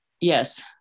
yes